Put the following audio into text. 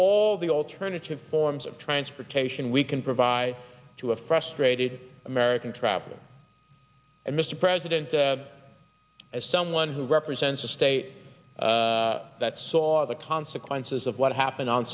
all the alternative forms of transportation we can provide to a frustrated american traveler and mr president the as someone who represents a state that saw the consequences of what happened on